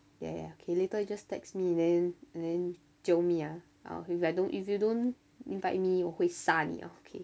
ya ya okay later you just text me then then jio me ah if I don't if you don't invite me 我会杀你哦 okay